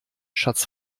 schatz